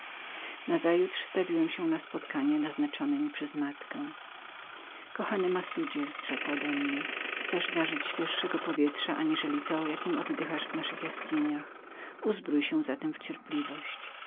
nazajutrz stawiłem się na schadzkę naznaczoną mi przez moją matkę kochany massudzie rzekła do mnie chcesz zażyć świeższego powietrza aniżeli to jakiem oddychasz w naszych jaskiniach uzbrój się zatem w cierpliwość